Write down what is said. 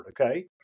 okay